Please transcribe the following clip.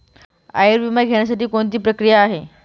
आयुर्विमा घेण्यासाठी कोणती प्रक्रिया आहे?